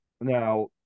now